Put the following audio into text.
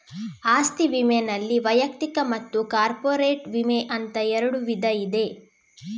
ಆಸ್ತಿ ವಿಮೆನಲ್ಲಿ ವೈಯಕ್ತಿಕ ಮತ್ತು ಕಾರ್ಪೊರೇಟ್ ವಿಮೆ ಅಂತ ಎರಡು ವಿಧ ಇದೆ